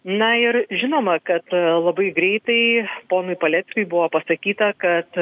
na ir žinoma kad labai greitai ponui paleckiui buvo pasakyta kad